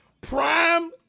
Prime